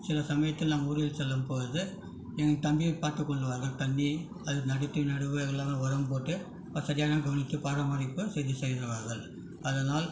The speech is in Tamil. சில சமயத்தில் நான் ஊரில் செல்லும் பொழுது எங்கள் தம்பி பார்த்துக் கொள்வார்கள் தண்ணீர் அது நிலத்தில் நடுவில் எல்லாம் உரம் போட்டு அது சரியாக கவனித்து பராமரித்து சரி செய்வார்கள் அதனால்